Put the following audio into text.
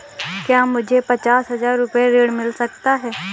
क्या मुझे पचास हजार रूपए ऋण मिल सकता है?